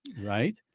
right